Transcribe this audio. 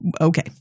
Okay